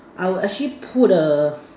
I would actually put a